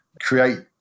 create